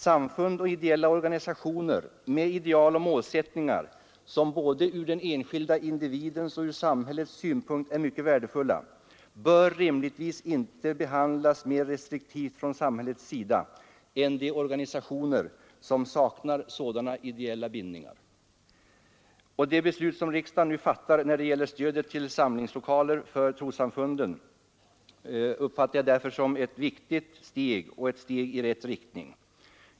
Samfund och ideella organisationer med ideal och målsättningar som både från den enskilda individens och från samhällets synpunkt är mycket värdefulla bör rimligtvis inte behandlas mera restriktivt från samhällets sida än de organisationer som saknar sådana ideella bindningar. Det beslut som riksdagen nu fattar rörande stödet till samlingslokaler för trossamfunden uppfattar jag därför som ett viktigt steg och ett steg i rätt riktning.